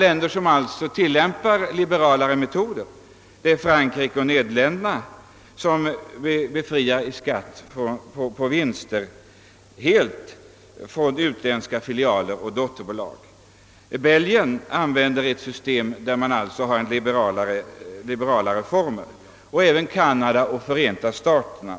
Även i Belgien tillämpas ett liberalare system än vårt liksom i Kanada och Förenta staterna m.fl. länder. Som herr Börjesson i Falköping nämnde gav flera utvecklingsländer vissa skattelättnader för företag som investerar i ifrågavarande länder.